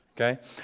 okay